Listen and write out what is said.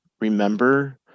remember